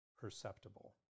perceptible